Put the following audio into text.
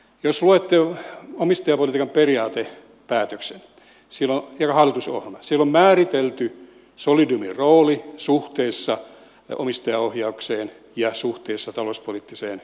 jos luette omistajapolitiikan periaatepäätöksen joka on hallitusohjelmassa siellä on määritelty solidiumin rooli suhteessa omistajaohjaukseen ja suhteessa talouspoliittiseen ministerivaliokuntaan